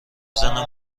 زنم